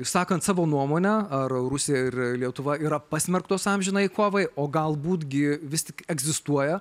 išsakant savo nuomonę ar rusija ir lietuva yra pasmerktos amžinai kovai o galbūt gi vis tik egzistuoja